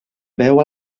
veu